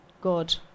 God